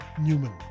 Newman